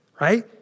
right